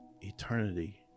eternity